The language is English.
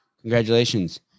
Congratulations